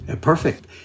Perfect